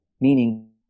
Meaning